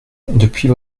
depuis